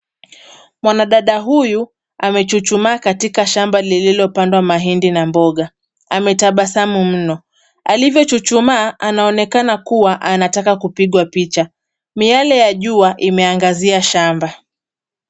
Mwanadada huyu amechuchuma katika shamba lililo pandwa mahindi na mboga. Ametabasamu mno. Alivyochuchuma, anaonekana kuwa anataka kupigwa picha. Miale ya jua imeangazia shamba.